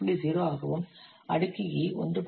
0 ஆகவும் அடுக்கு E 1